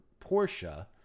Porsche